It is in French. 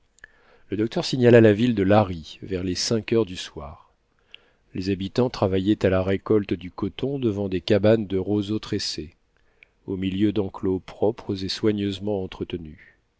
le docteur signala la ville de lari vers les cinq heures du soir les habitants travaillaient à la récolte du coton devant des cabanes de roseaux tressés au milieu d'enclos propres et soigneusement entretenus